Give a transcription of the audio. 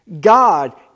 God